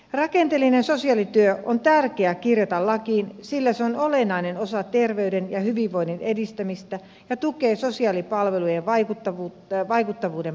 rakenteellinen sosiaalityö on tärkeä kirjata lakiin sillä se on olennainen osa terveyden ja hyvinvoinnin edistämistä ja tukee sosiaalipalvelujen vaikuttavuuden parantamista